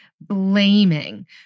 blaming